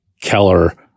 Keller